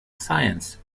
science